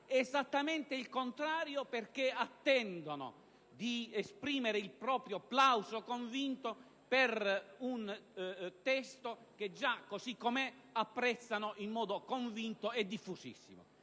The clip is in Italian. esattamente il contrario, perché i medici attendono di esprimere il proprio convinto plauso per un testo che, già così come è, apprezzano in modo convinto e diffusissimo.